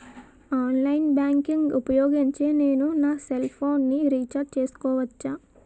Online banking ఊపోయోగించి నేను నా సెల్ ఫోను ని రీఛార్జ్ చేసుకోవచ్చా?